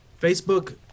Facebook